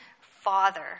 father